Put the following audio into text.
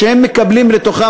שהם מקבלים לתוכם,